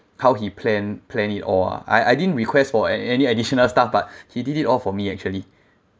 how he planned planned it all ah I I didn't request for any additional stuff but he did it all for me actually